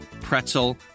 pretzel